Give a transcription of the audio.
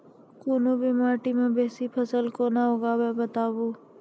कूनू भी माटि मे बेसी फसल कूना उगैबै, बताबू?